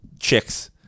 chicks